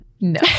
No